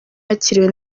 yakiriwe